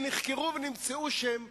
שנחקרו ונמצאו לא מבוססות?